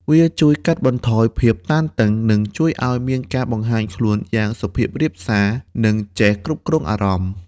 វាជួយកាត់បន្ថយភាពតានតឹង និងជួយឲ្យមានការបង្ហាញខ្លួនយ៉ាងសុភាពរាបសារ និងចេះគ្រប់គ្រងអារម្មណ៍។